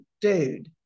dude